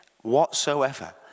whatsoever